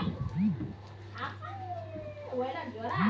मुई अपना खाता डार सबला सक्रिय विवरण कुंसम करे जानुम?